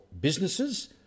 businesses